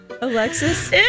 Alexis